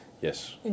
Yes